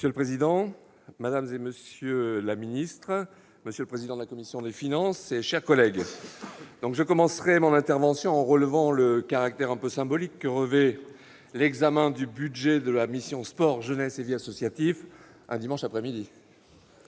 Monsieur le président, madame la ministre, monsieur le secrétaire d'État, monsieur le président de la commission des finances, mes chers collègues, je commencerai mon intervention en relevant le caractère symbolique que revêt l'examen du budget de la mission « Sport, jeunesse et vie associative » un dimanche après-midi